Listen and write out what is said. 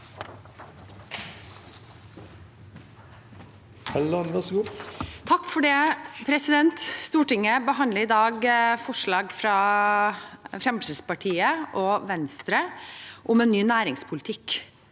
(ordfører for saken): Stortinget behandler i dag forslag fra Fremskrittspartiet og Venstre om en ny næringspolitikk